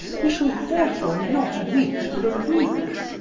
we shall therefore not meet for a week.